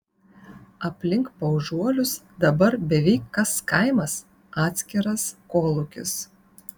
aplink paužuolius dabar beveik kas kaimas atskiras kolūkis